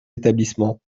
établissements